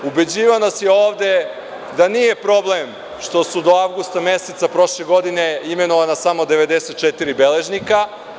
Ubeđivao nas je ovde da nije problem što su do avgusta meseca prošle godine imenovana samo 94 beležnika.